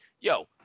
Yo